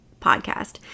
podcast